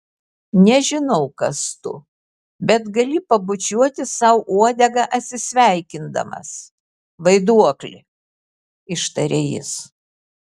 nežinau kas tu bet gali pabučiuoti sau uodegą atsisveikindamas vaiduokli ištarė jis